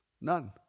None